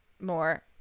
more